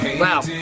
Wow